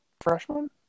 freshman